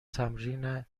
تمرین